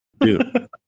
Dude